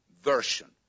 version